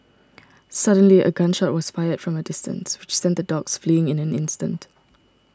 suddenly a gun shot was fired from a distance which sent the dogs fleeing in an instant